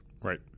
Right